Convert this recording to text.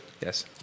Yes